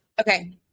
Okay